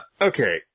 Okay